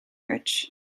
rich